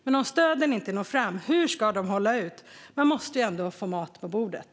Men om stöden inte når fram, hur ska de hålla ut? De måste ju ändå få mat på borden.